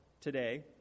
today